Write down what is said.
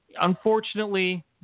Unfortunately